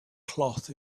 cloth